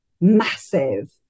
massive